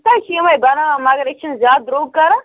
کوٗتاہ چھِ یِمَے بَناوان مگر أسۍ نہٕ زیادٕ درٛوگ کَران